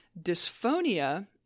Dysphonia